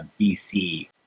BC